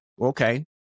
Okay